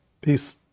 Peace